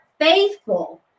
faithful